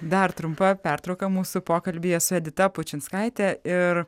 dar trumpa pertrauka mūsų pokalbyje su edita pučinskaite ir